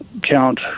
count